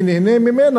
מי נהנה ממנה,